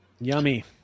Yummy